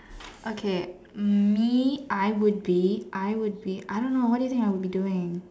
okay me I would be I would be I don't know what do you think I would be doing